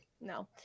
no